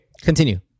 Continue